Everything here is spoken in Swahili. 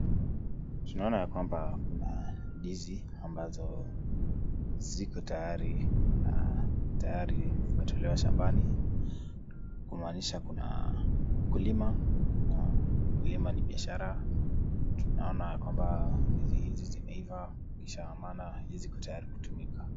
Tunaona ya kwamba kuna ndizi ambazo ziko tayari na tayari zimetolewa shambani, kumaanisha kuna ukulima na ukulima ni biashara. Tunaona ya kwamba ndizi hizi zimeiva kisha na maana ziko tayari kutumika.